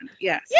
Yes